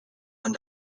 one